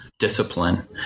Discipline